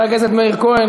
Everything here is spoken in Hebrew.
חבר הכנסת מאיר כהן,